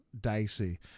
dicey